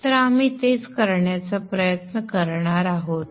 तर आपण तेच करण्याचा प्रयत्न करणार आहोत